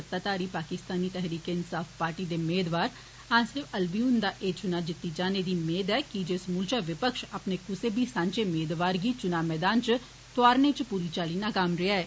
सत्ताधारी पाकिस्तान तहरीकें इन्साफ पार्टी दे मेदवार आरिफ अलवी हुन्दा एह् चुना जिती जाने दी मेद ऐ की जे समूलचा विपक्ष अपने कुसै बी सांझै मेदवार गी चुनां मैदान च तौआरने च पूरी चाल्ली नाकाम रेआ ऐ